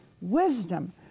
wisdom